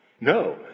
No